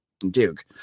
Duke